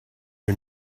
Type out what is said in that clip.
are